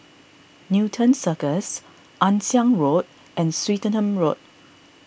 Newton Cirus Ann Siang Road and Swettenham Road